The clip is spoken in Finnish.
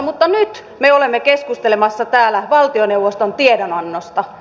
mutta nyt me olemme keskustelemassa täällä valtioneuvoston tiedonannosta